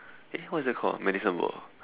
eh what is that called ah medicine ball